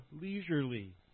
leisurely